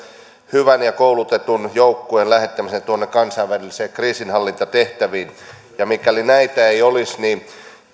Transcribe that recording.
hyvän ja koulutetun joukkueen lähettämisen tuonne kansainvälisiin kriisinhallintatehtäviin mikäli näitä ei olisi